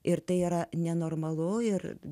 ir tai yra nenormalu ir